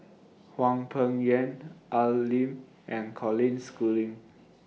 Hwang Peng Yuan Al Lim and Colin Schooling